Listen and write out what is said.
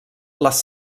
les